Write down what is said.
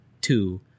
two